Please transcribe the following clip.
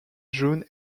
june